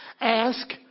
Ask